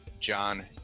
John